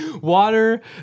water